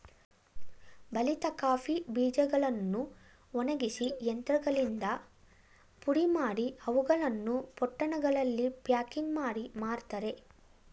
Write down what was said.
ಬಲಿತ ಕಾಫಿ ಬೀಜಗಳನ್ನು ಒಣಗಿಸಿ ಯಂತ್ರಗಳಿಂದ ಪುಡಿಮಾಡಿ, ಅವುಗಳನ್ನು ಪೊಟ್ಟಣಗಳಲ್ಲಿ ಪ್ಯಾಕಿಂಗ್ ಮಾಡಿ ಮಾರ್ತರೆ